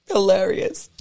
Hilarious